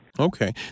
Okay